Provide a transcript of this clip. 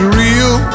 real